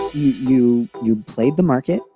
you you played the market,